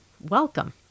Welcome